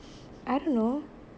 I don't know